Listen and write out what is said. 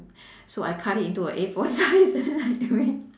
so I cut it into a A four size and then I do it